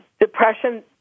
depression